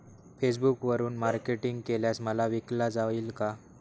फेसबुकवरुन मार्केटिंग केल्यास माल विकला जाईल का?